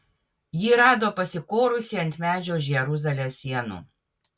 jį rado pasikorusį ant medžio už jeruzalės sienų